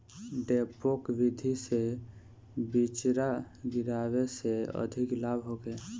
डेपोक विधि से बिचरा गिरावे से अधिक लाभ होखे?